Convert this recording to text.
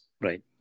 right